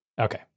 Okay